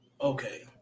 Okay